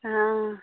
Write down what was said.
हँ